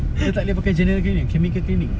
dia tak boleh pakai general cleaning chemical cleaning